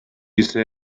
ise